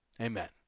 amen